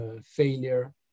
failure